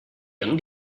đâu